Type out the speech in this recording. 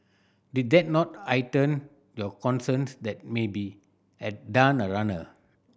did that not heighten your concerns that maybe had done a runner